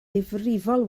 ddifrifol